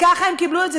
וככה הם קיבלו את זה,